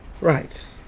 right